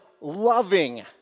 loving